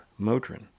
Motrin